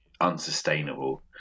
unsustainable